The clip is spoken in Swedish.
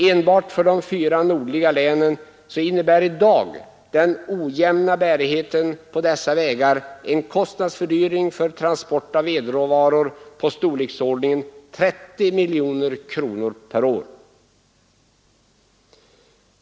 Enbart för de fyra nordliga länen medför i dag den ojämna bärigheten på dessa vägar en kostnadsfördyring för transport av vedråvaror i storleksordningen 30 miljoner kronor per år.